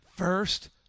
first